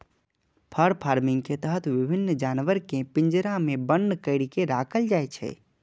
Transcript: फर farming के तहत विभिन्न जानवर कें पिंजरा मे बन्न करि के राखल जाइ छै